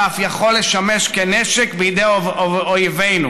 ואף יכול לשמש כנשק בידי אויבינו".